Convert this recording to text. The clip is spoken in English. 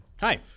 Hi